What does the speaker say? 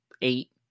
eight